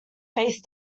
face